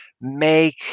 make